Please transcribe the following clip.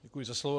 Děkuji za slovo.